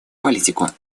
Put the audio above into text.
политику